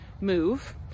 move